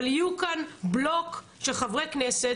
אבל יהיו כאן בלוק של חברי כנסת,